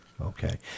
okay